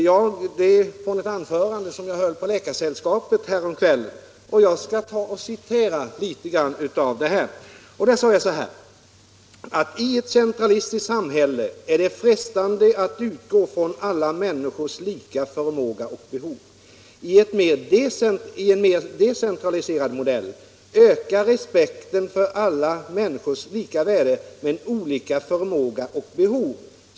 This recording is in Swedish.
Jag sade det i ett anförande som jag höll på Läkaresällskapet häromkvällen. Jag sade då bl.a. följande: ”I ett centralistiskt samhälle är det frestande att utgå från alla människors lika förmåga och behov. I en mer decentraliserad modell ökar respekten för alla människors lika värde men olika förmåga och behov.